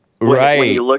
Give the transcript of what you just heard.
Right